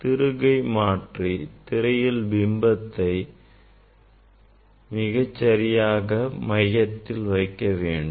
திருகை மாற்றி திரையில் பிம்பத்தை மிகச்சரியாக மையத்தில் வைக்க வேண்டும்